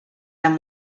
them